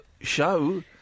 show